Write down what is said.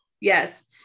yes